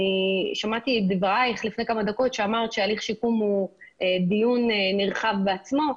שמעתי את דבריך לפני כמה דקות כשאמרת שהליך שיקום הוא דיון נרחב בעצמו.